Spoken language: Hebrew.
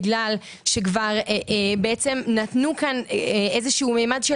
בגלל שכבר בעצם נתנו כאן איזשהו ממד של